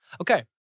Okay